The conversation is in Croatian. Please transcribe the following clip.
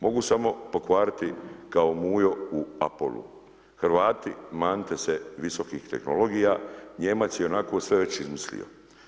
Mogu samo pokvariti kao Mujo u Apolo-u, Hrvati manite se visokih tehnologija, Nijemac je već i onako sve već izmislio.